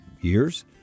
years